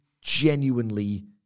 genuinely